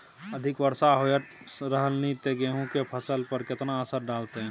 अधिक वर्षा होयत रहलनि ते गेहूँ के फसल पर केतना असर डालतै?